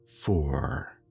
four